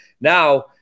Now